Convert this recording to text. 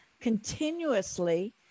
continuously